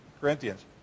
Corinthians